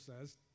says